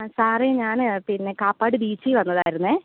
ആ സാറേ ഞാൻ പിന്നെ കാപ്പാട് ബീച്ചിൽ വന്നതായിരുന്നേ